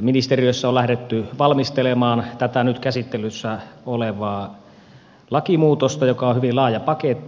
ministeriössä on lähdetty valmistelemaan tätä nyt käsittelyssä olevaa lakimuutosta joka on hyvin laaja paketti